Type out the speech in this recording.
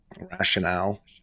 rationale